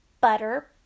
butter